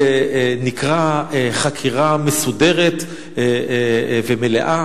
זה נקרא "חקירה מסודרת ומלאה"